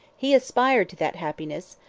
he aspired to that happiness,